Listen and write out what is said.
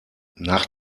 nach